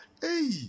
Hey